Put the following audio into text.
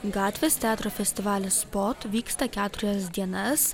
gatvės teatro festivalis spot vyksta keturias dienas